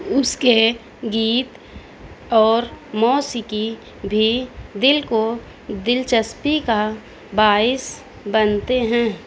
اس کے گیت اور موسیقی بھی دل کو دلچسپی کا باعث بنتے ہیں